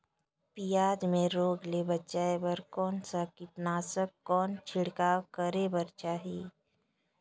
पियाज मे रोग ले बचाय बार कौन सा कीटनाशक कौन छिड़काव करे बर चाही?